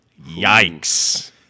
Yikes